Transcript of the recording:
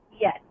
Yes